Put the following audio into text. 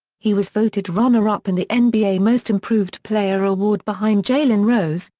he was voted runner-up in the and nba most improved player award behind jalen rose,